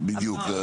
בדיוק.